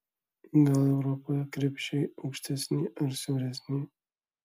gal europoje krepšiai aukštesni ar siauresni